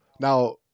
now